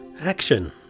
Action